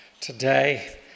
today